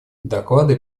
доклады